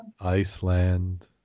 Iceland